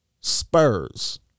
Spurs